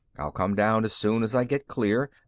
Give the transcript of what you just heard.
i'll come down as soon as i get clear.